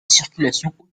circulation